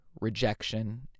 rejection